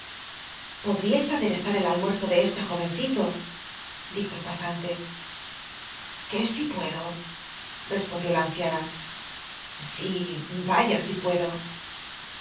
podríais aderezar el almuerzo de este jol'enci to dijo el pasante que si puedo respondió la anciana si vaya si puedo